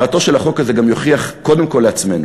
העברתו של החוק הזה גם תוכיח קודם כול לעצמנו,